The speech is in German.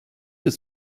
des